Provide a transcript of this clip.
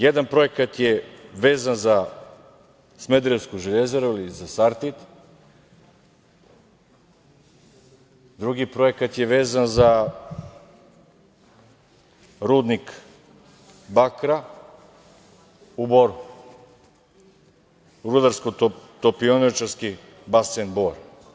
Jedan projekat je vezan za smederevsku Železaru ili za „Sartid“, drugi projekat je vezan za rudnik bakra u Boru, u Rudarsko-topioničarski basen Bor.